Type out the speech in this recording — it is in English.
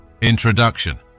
Introduction